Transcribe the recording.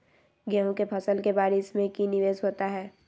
गेंहू के फ़सल के बारिस में की निवेस होता है?